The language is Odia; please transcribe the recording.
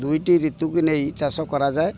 ଦୁଇଟି ଋତୁକୁ ନେଇ ଚାଷ କରାଯାଏ